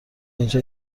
اینجا